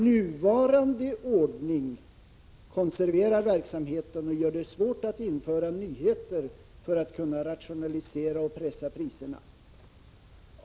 Nuvarande ordning konserverar verksamheten och gör det svårt att införa nyheter för att kunna rationalisera och pressa priserna.